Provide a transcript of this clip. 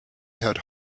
had